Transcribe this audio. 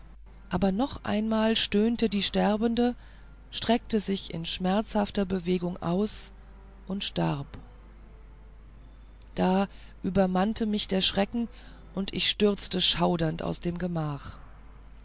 aber noch einmal stöhnte die sterbende streckt sich in schmerzhafter bewegung aus und starb da übermannte mich der schrecken und ich stürzte schaudernd aus dem gemach